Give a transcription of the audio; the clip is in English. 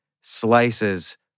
slices